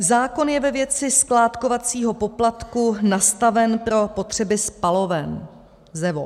Zákon je ve věci skládkovacího poplatku nastaven pro potřeby spaloven ZEVO.